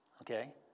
Okay